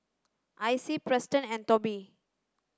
Icy Preston and Tobie